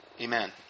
Amen